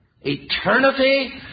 eternity